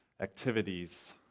activities